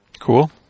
Cool